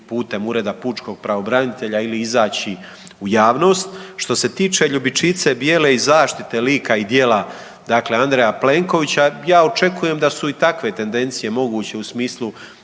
putem Ureda pučkog pravobranitelja ili izaći u javnost. Što se tiče ljubičice bijele i zaštite lika i djela dakle Andreja Plenkovića ja očekujem da su i takve tendencije moguće u smislu